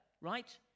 Right